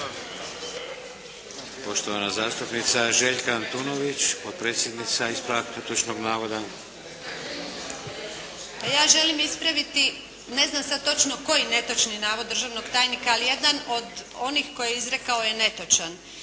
Poštovana zastupnica Željka Antunović, potpredsjednica, ispravak netočnog navoda. **Antunović, Željka (SDP)** Ja želim ispraviti, ne znam sada točno koji netočni navod državnog tajnika, ali jedan od onih koji je izrekao je netočan.